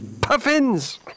puffins